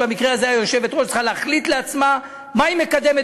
ובמקרה הזה היושבת-ראש צריכה להחליט לעצמה מה היא מקדמת